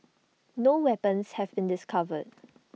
no weapons have been discovered